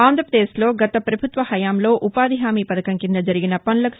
ఆంధ్రప్రదేశ్లో గత పభుత్వ హయాంలో ఉపాధి హామీ వథకం కింద జరిగిన పనులకు ని